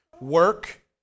work